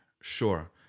Sure